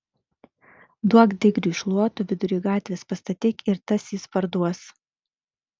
duok digriui šluotų vidury gatvės pastatyk ir tas jis parduos